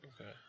Okay